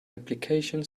application